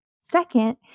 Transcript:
Second